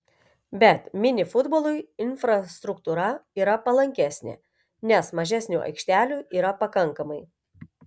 bet mini futbolui infrastruktūra yra palankesnė nes mažesniu aikštelių yra pakankamai